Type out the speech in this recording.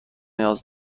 نیاز